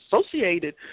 associated